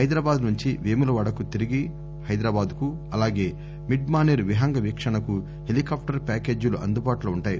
హైదరాబాద్ నుంచి వేములవాడకు తిరిగి హైదరాబాద్కు అలాగే మిడ్మానేరు విహంగ వీక్షణానికి హెలికాప్టర్ ప్యాకేజీలు అందుబాటులో ఉంటాయి